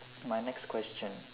my next question